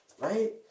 right